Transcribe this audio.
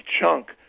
chunk